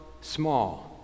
small